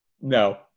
No